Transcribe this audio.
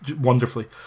wonderfully